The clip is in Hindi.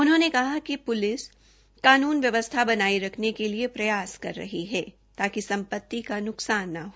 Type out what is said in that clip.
उन्होंने कहा कि प्लिस कानून व्यवस्था बनाये रखने के लिए प्रयास कर रही है ताकि सम्पति का न्कसान न हो